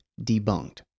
Debunked